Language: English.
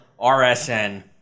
RSN